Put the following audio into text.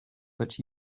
but